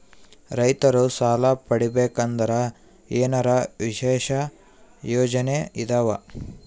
ರೈತರು ಸಾಲ ಪಡಿಬೇಕಂದರ ಏನರ ವಿಶೇಷ ಯೋಜನೆ ಇದಾವ?